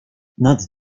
nad